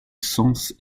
cense